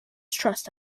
trust